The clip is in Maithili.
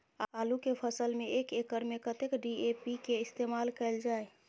आलु केँ फसल मे एक एकड़ मे कतेक डी.ए.पी केँ इस्तेमाल कैल जाए?